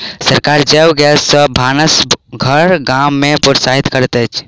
सरकार जैव गैस सॅ भानस घर गाम में प्रोत्साहित करैत अछि